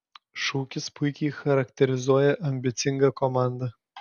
šūkis puikiai charakterizuoja ambicingą komandą